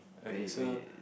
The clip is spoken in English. okay so